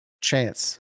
chance